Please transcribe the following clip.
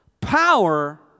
Power